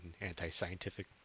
anti-scientific